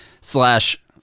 slash